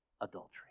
adultery